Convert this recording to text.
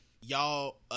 y'all